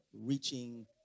reaching